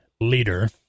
leader